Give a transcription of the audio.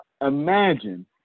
imagine